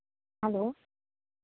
hello